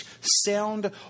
sound